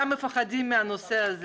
כולם מפחדים מהנושא הזה.